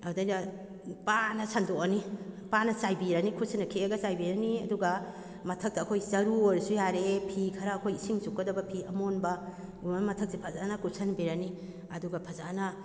ꯑꯗꯨꯗꯩꯗ ꯄꯥꯅ ꯁꯟꯗꯣꯛꯑꯅꯤ ꯄꯥꯅ ꯆꯥꯏꯕꯤꯔꯅꯤ ꯈꯨꯠꯁꯤꯅ ꯈꯤꯛꯑꯒ ꯆꯥꯏꯕꯤꯔꯅꯤ ꯑꯗꯨꯒ ꯃꯊꯛꯇ ꯑꯩꯈꯣꯏꯒꯤ ꯆꯔꯨ ꯑꯣꯏꯔꯁꯨ ꯌꯥꯔꯦ ꯐꯤ ꯈꯔ ꯑꯩꯈꯣꯏꯒꯤ ꯏꯁꯤꯡ ꯆꯨꯞꯀꯗꯕ ꯐꯤ ꯑꯃꯣꯟꯕ ꯒꯨꯝꯕ ꯑꯃ ꯃꯊꯛꯁꯤ ꯐꯖꯅ ꯀꯨꯞꯁꯟꯕꯤꯔꯅꯤ ꯑꯗꯨꯒ ꯐꯖꯅ